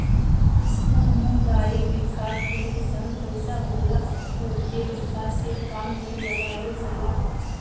सामुदायिक विकास बैंक जवन पईसा होला उके विकास के काम में लगावल जाला